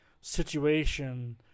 situation